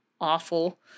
awful